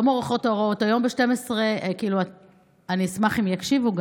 היום ב-24:00, אשמח אם יקשיבו.